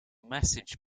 message